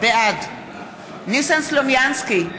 בעד ניסן סלומינסקי,